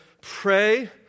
pray